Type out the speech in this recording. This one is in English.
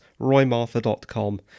roymartha.com